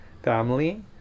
Family